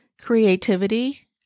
creativity